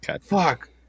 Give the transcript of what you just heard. fuck